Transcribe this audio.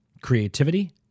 creativity